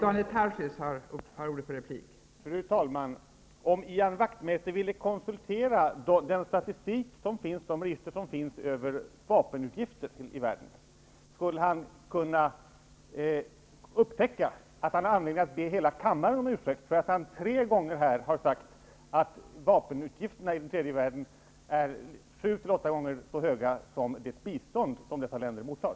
Fru talman! Om Ian Wachtmeister ville konsultera den statistik och de register som finns över vapenutgifter i världen, skulle han kunna upptäcka att han har anledning att be hela kammaren om ursäkt för att han tre gånger här har sagt att vapenutgifterna i tredje världen är 7--8 gånger så höga som det bistånd dessa länder mottar.